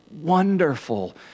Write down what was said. wonderful